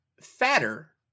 fatter